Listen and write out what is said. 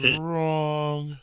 wrong